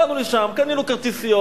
באנו לשם, קנינו כרטיסיות.